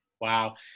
wow